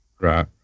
Right